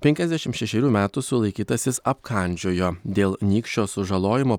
penkiasdešimt šešerių metų sulaikytasis apkandžiojo dėl nykščio sužalojimo